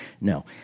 No